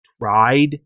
tried